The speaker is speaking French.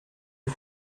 les